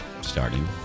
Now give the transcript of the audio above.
starting